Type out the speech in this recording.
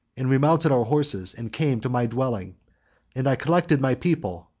and we mounted our horses, and came to my dwelling and i collected my people,